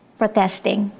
protesting